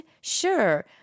sure